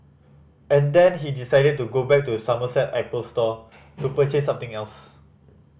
and then he decided to go back to Somerset Apple store to purchase something else